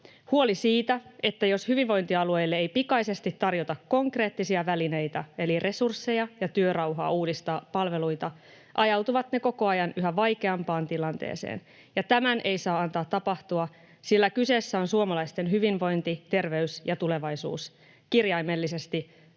Huoli siitä, että jos hyvinvointialueille ei pikaisesti tarjota konkreettisia välineitä eli resursseja ja työrauhaa uudistaa palveluita, ajautuvat ne koko ajan yhä vaikeampaan tilanteeseen. Tämän ei saa antaa tapahtua, sillä kyseessä on suomalaisten hyvinvointi, terveys ja tulevaisuus, kirjaimellisesti vauvasta